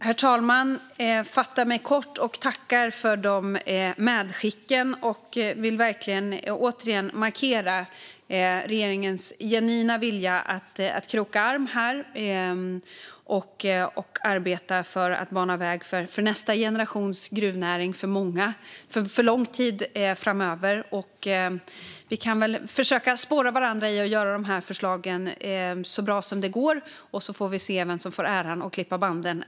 Herr talman! Jag fattar mig kort och tackar för de medskicken. Jag vill verkligen återigen markera regeringens genuina vilja att kroka arm här och arbeta för att bana väg för nästa generations gruvnäring för lång tid framöver. Vi kan väl försöka sporra varandra till att göra de här förslagen så bra som det går, och sedan får vi se vem som får äran att klippa banden.